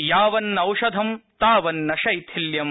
यावन्नौषधम् तावन्न शैथिल्यम्